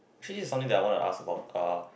actually this is something that I want to ask about uh